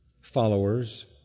followers